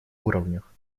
уровнях